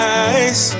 eyes